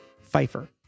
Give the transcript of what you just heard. Pfeiffer